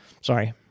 sorry